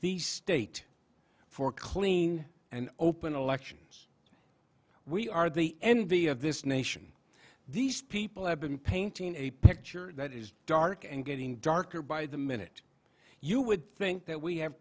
the state for clean and open elections we are the envy of this nation these people have been painting a picture that is dark and getting darker by the minute you would think that we have